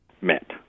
met